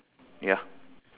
ya